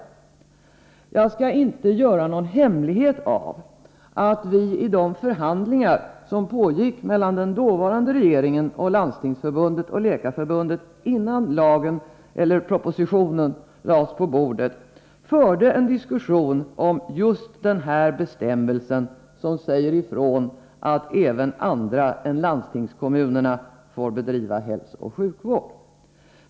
Jag skall inte göra någon hemlighet av att vi i de förhandlingar som pågick mellan den dåvarande regeringen och Landstingsförbundet och Läkarförbundet innan propositionen framlades förde en diskussion om just den bestämmelse som säger ifrån att även andra än landstingskommunerna får bedriva hälsooch sjukvård.